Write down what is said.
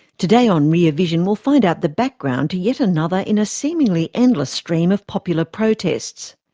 today on rear vision we'll find out the background to yet another in a seemingly endless stream of popular protests.